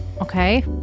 Okay